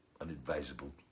unadvisable